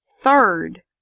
third